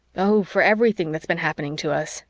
oh, for everything that's been happening to us,